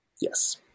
Yes